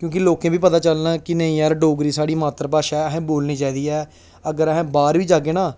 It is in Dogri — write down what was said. क्योंकि लोकें गी बी पता चलै कि नेईं यार डोगरी साढ़ी मात्तर भाशा ऐ असें बोलनी चाहिदी ऐ अगर अस बाह्र बी जाह्गे ना